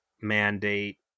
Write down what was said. mandate